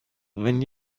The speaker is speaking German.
wenn